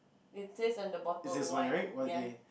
replace on the bottle wine ya